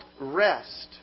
rest